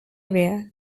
area